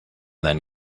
then